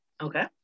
Okay